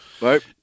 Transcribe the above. right